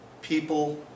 people